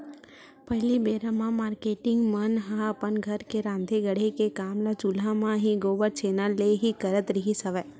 पहिली बेरा म मारकेटिंग मन ह अपन घर के राँधे गढ़े के काम ल चूल्हा म ही, गोबर छैना ले ही करत रिहिस हवय